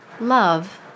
Love